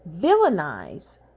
villainize